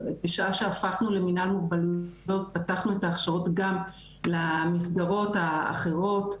בשעה שהפכנו למינהל מוגבלויות פתחנו את ההכשרות גם למסגרות האחרות,